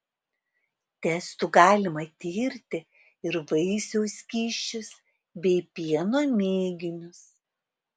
testu galima tirti ir vaisiaus skysčius bei pieno mėginius